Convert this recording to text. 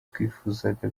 twifuzaga